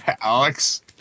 Alex